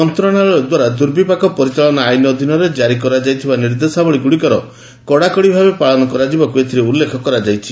ମନ୍ତ୍ରଣାଳୟ ଦ୍ୱାରା ଦୁର୍ବିପାକ ପରିଚାଳନା ଆଇନ୍ ଅଧୀନରେ କାରି କରାଯାଇଥିବା ନିର୍ଦ୍ଦେଶାବଳୀଗୁଡ଼ିକର କଡ଼ାକଡ଼ି ଭାବେ ପାଳନ କରାଯିବାକୁ ଏଥିରେ ଉଲ୍ଲେଖ କରାଯାଇଛି